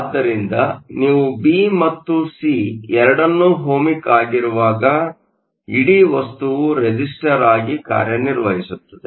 ಆದ್ದರಿಂದ ನೀವು ಬಿ ಮತ್ತು ಸಿ ಎರಡನ್ನೂ ಓಹ್ಮಿಕ್ ಆಗಿರುವಾಗ ಇಡೀ ವಸ್ತುವು ರೆಸಿಸ್ಟರ್ ಆಗಿ ಕಾರ್ಯನಿರ್ವಹಿಸುತ್ತದೆ